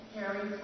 Harry